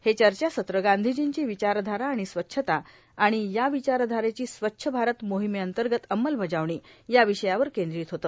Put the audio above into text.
हे चर्चासत्र गांधीजींची विचारधारा आणि स्वच्छता आणि या विचारधारेची स्वच्छ भारत मोहीमेअंतर्गत अंमलबजावणी या विषयावर केंद्रीत होते